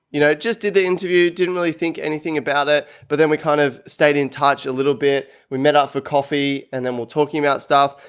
you know, just did the interview, didn't really think anything about it, but then we kind of stayed in touch a little bit. we met up for coffee and then we'll talk about stuff.